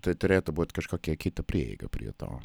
tai turėtų būt kažkokia kita prieiga prie to